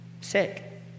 sick